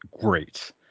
great